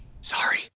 Sorry